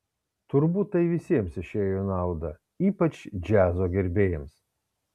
turbūt tai visiems išėjo į naudą ypač džiazo gerbėjams